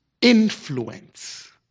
influence